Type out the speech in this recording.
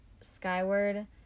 Skyward